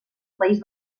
país